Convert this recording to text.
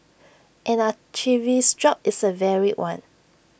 an archivist's job is A varied one